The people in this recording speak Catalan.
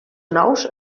nous